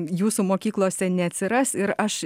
jūsų mokyklose neatsiras ir aš